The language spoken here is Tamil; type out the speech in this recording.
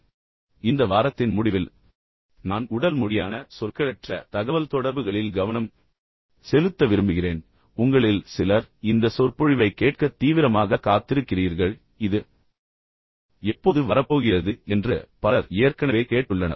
இப்போது இந்த வாரத்தின் முடிவில் நான் உடல் மொழியான சொற்களற்ற தகவல்தொடர்புகளில் கவனம் செலுத்த விரும்புகிறேன் உங்களில் சிலர் இந்த சொற்பொழிவைக் கேட்க தீவிரமாக காத்திருக்கிறீர்கள் இது எப்போது வரப்போகிறது என்று பலர் ஏற்கனவே கேட்டுள்ளனர்